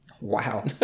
Wow